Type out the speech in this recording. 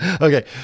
Okay